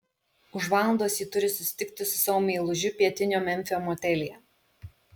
už valandos ji turi susitikti su savo meilužiu pietinio memfio motelyje